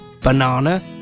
Banana